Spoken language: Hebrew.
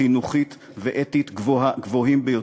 חינוכית ואתית ברמה גבוהה ביותר.